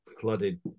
flooded